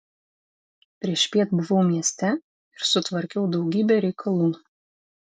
priešpiet buvau mieste ir sutvarkiau daugybę reikalų